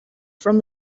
form